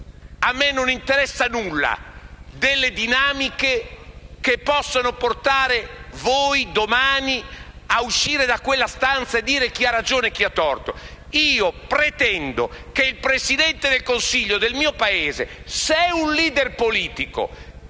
A me non interessa nulla delle dinamiche che possono portare voi domani a uscire da quella stanza dicendo chi ha ragione e chi ha torto. Io pretendo che il Presidente del Consiglio del mio Paese, se è un *leader* politico